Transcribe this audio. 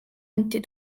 anti